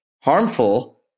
harmful